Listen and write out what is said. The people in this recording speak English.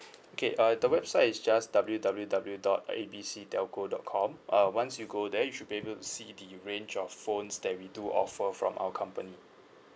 okay uh the website is just W W W dot A B C telco dot com uh once you go there you should be able to see the range of phones that we do offer from our company